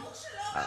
ברור שלא,